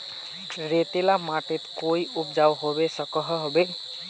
रेतीला माटित कोई उपजाऊ होबे सकोहो होबे?